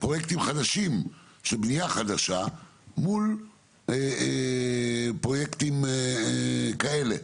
פרויקטים חדשים של בנייה חדשה מול פרויקטים כאלה.